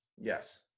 Yes